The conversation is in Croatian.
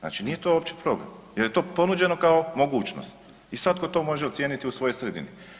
Znači to nije uopće problem jer je to ponuđeno kao mogućnost i svatko to može ocijeniti u svojoj sredini.